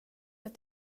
att